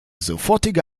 sofortige